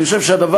אני חושב שהדבר